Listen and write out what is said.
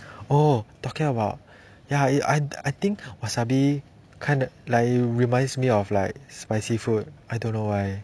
oh talking about ya I I I think wasabi 看来 reminds me of like spicy food I don't know why